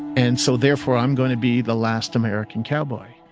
and so therefore i'm going to be the last american cowboy.